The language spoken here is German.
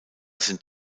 sind